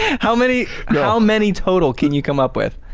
how many yeah how many total can you come up with?